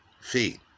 feet